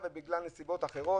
וצדדיות,